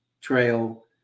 trail